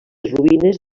ruïnes